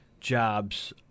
jobs